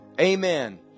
Amen